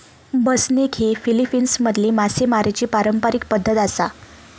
बसनिग ही फिलीपिन्समधली मासेमारीची पारंपारिक पद्धत आसा